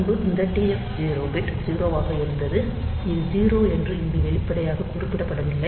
முன்பு இந்த TF0 bit 0 ஆக இருந்தது இது 0 என்று இங்கு வெளிப்படையாக குறிப்பிடப்படவில்லை